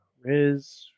Riz